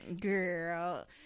girl